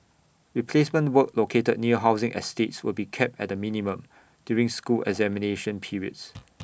replacement work located near housing estates will be kept at the minimum during school examination periods